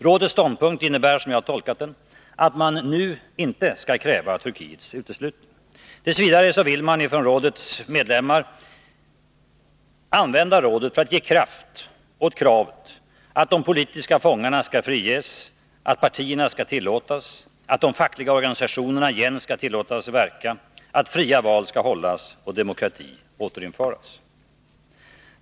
Rådets ståndpunkt innebär, såsom jag tolkat den, att man nu inte skall kräva Turkiets uteslutning. T. v. vill rådets medlemmar använda rådet för att ge kraft åt kravet att de politiska fångarna skall friges, att partierna skall tillåtas, att de fackliga organisationerna åter skall tillåtas att verka, att fria val skall hållas och demokratin återinföras.